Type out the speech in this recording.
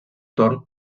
torn